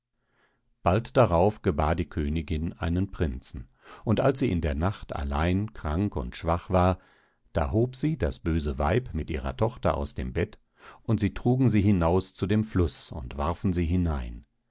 bald darauf gebar die königin einen prinzen und als sie in der nacht allein krank und schwach war da hob sie das böse weib mit ihrer tochter aus dem bett und sie trugen sie hinaus zu dem fluß und warfen sie hinein